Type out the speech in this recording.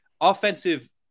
offensive